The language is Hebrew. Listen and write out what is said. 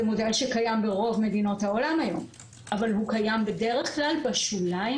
זה מודל שקיים ברוב מדינות העולם היום אבל הוא קיים בדרך כלל בשוליים,